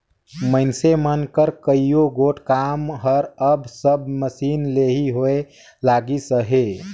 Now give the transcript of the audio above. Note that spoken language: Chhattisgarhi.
मइनसे मन कर कइयो गोट काम हर अब सब मसीन मन ले ही होए लगिस अहे